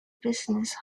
businesses